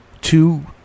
two